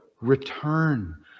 return